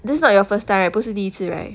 this is not your first time right 不是第一次 right